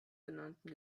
genannten